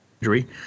injury